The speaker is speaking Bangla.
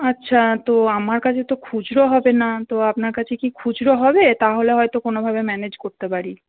আচ্ছা তো আমার কাছে তো খুচরো হবে না তো আপনার কাছে কি খুচরো হবে তাহলে হয়তো কোনোভাবে ম্যানেজ করতে পারি